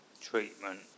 treatment